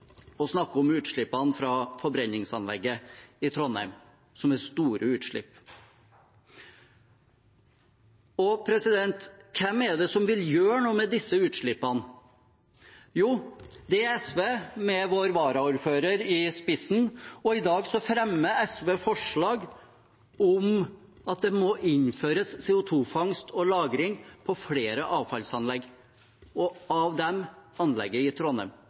om utslippene fra forbrenningsanlegget i Trondheim, som er store utslipp. Hvem er det som vil gjøre noe med disse utslippene? Jo, det er SV med vår varaordfører i spissen. I dag fremmer SV forslag om at det må innføres CO 2 -fangst og -lagring på flere avfallsanlegg. Av dem er anlegget i Trondheim.